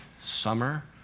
summer